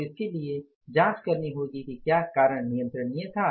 तो इसके लिए जांच करनी होगी कि क्या कारण नियंत्रणीय था